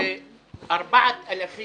4,000